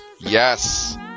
Yes